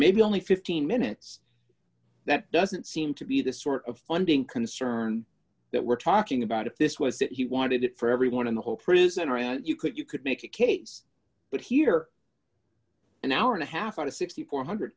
maybe only fifteen minutes that doesn't seem to be the sort of funding concern that we're talking about if this was that he wanted it for everyone in the whole prisoner and you could you could make a case but here an hour and a half out of six thousand four hundred